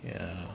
ya